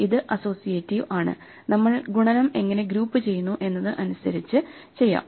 ഇത് അസ്സോസിയേറ്റിവ് ആണ് നമ്മൾ ഗുണനം എങ്ങിനെ ഗ്രൂപ്പ് ചെയ്യുന്നു എന്നത് അനുസരിച്ച് ചെയ്യാം